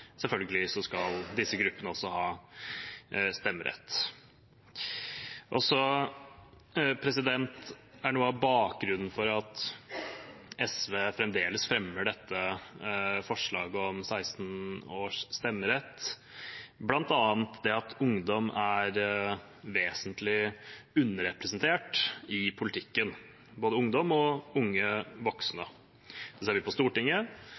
selvfølgelig skal disse gruppene ha stemmerett. Noe av bakgrunnen for at SV fremdeles fremmer dette forslaget om 16-års stemmerett, er bl.a. det at ungdom er vesentlig underrepresentert i politikken, både ungdom og unge voksne. Det ser vi på Stortinget,